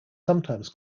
sometimes